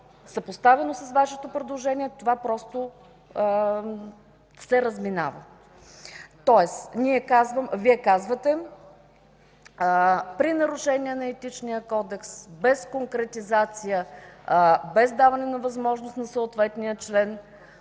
съпоставено с Вашето предложение, това просто се разминава. Тоест Вие казвате: „при нарушение на Етичния кодекс” –без конкретизация, без даване на възможност на съответния член